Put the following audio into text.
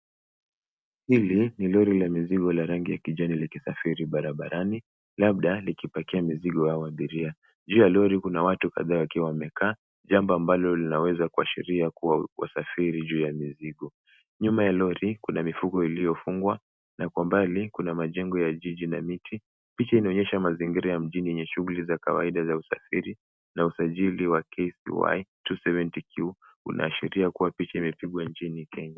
Hili ni lori la mizigo la rangi ya kijani likisafiri barabarani, labda likipakia mizigo au abiria. Juu ya lori kuna watu kataa wakiwa wamekaa, jambo ambalo linaweza kuashiria kuwa wasafiri juu wa mizigo. Nyuma ya lori kuna mifugo uliofungwa na kwa mbali kuna majengo ya jiji na miti. Picha inaonyesha mazingira ya mjini enye shughuli za kawaida za usafiri na usajili wake KCY 270Q kunaashiria kuwa picha imepikwa inchini Kenya.